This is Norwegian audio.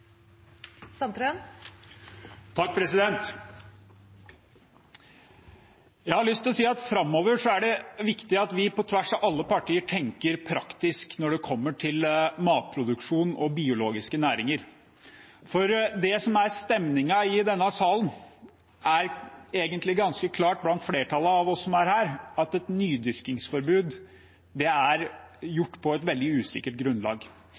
det viktig at vi på tvers av alle partier tenker praktisk når det kommer til matproduksjon og biologiske næringer. For det som er stemningen i denne salen, er egentlig ganske klart blant flertallet av oss som er her, at et nydyrkingsforbud er gjort på et veldig usikkert grunnlag.